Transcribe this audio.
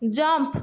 jump